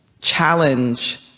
challenge